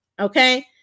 okay